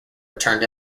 returned